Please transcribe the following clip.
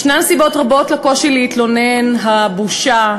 יש סיבות רבות לקושי להתלונן: הבושה,